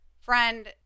Friend